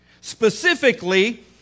Specifically